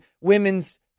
women's